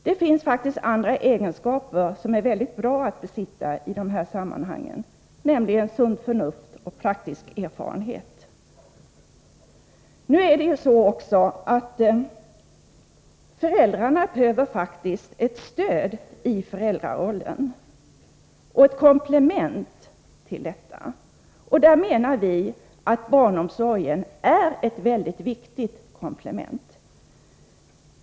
Det finns faktiskt andra egenskaper som är mycket bra att besitta i dessa sammanhang, nämligen sunt förnuft och praktisk erfarenhet. Det är också så att föräldrarna faktiskt behöver ett stöd i föräldrarollen och ett komplement till den. Vi menar att barnomsorgen är ett mycket viktigt komplement.